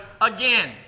again